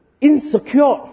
insecure